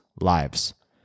lives